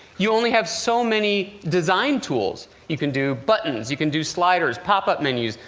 you only have so many design tools. you can do buttons, you can do sliders, pop-up menus,